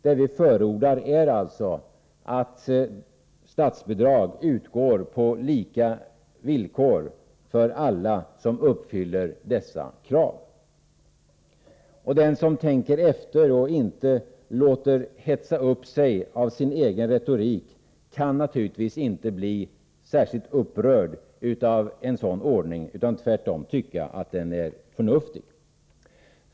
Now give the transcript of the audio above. Det vi förordar är alltså att statsbidrag utgår på lika villkor för alla som uppfyller dessa krav. Och den som tänker efter och inte låter hetsa upp sig av sin egen retorik kan naturligtvis inte bli särskilt upprörd av en sådan ordning, utan måste tvärtom tycka att den är förnuftig.